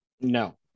No